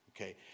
okay